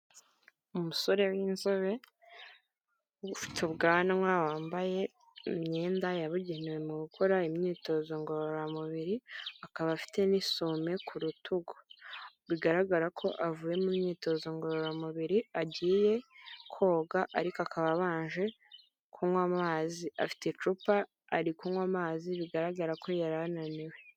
Umusore w'inzobe ufite ubwanwa wambaye imyenda yabugenewe mu gukora imyitozo ngororamubiri akaba afite n'isume ku rutugu bigaragara ko avuyemo imyitozo ngororamubiri agiye koga ariko akaba abanje kunywa amazi afite icupa ari kunywa amazi bigaragara ko yari ananiwe.